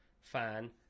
fan